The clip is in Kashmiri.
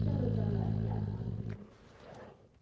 چلو چلو ادٕ کیٛاہ اَلسلامُ علیکُم